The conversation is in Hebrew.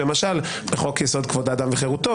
למשל בחוק יסוד: כבוד אדם וחירותו,